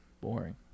boring